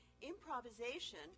Improvisation